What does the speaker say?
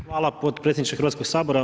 Hvala potpredsjedniče Hrvatskog sabora.